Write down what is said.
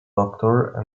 doctor